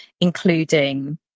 including